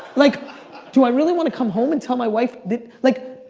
like do i really want to come home and tell my wife that like,